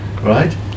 right